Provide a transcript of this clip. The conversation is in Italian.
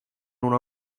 una